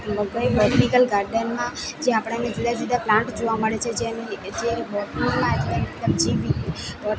મકાઈ બોટનીકલ ગાર્ડનમાં જે આપણાને જુદા જુદા પ્લાન્ટ જોવા મળે છે જે